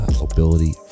mobility